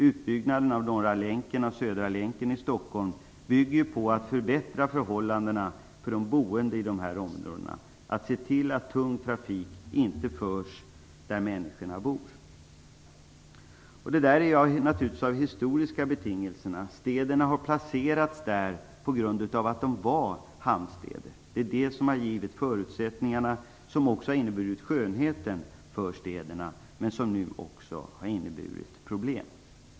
Utbyggnaden av Norra länken och Södra länken i Stockholm baseras ju på att förhållandena skall förbättras för de boende i dessa områden. Man skall se till att tung trafik inte färdas där människorna bor. Detta har naturligtvis historiska betingelser. Städerna har placerats där de har placerats på grund av att de var hamnstäder. Det är detta som har givit förutsättningarna för och skönheten åt städerna men som nu också har inneburit problem.